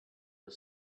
the